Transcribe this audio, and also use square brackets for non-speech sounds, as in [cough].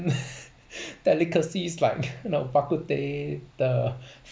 [laughs] delicacies like [noise] you know bak kut teh the